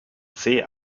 zeh